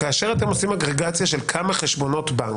כאשר אתם עושים אגרגציה של כמה חשבונות בנק,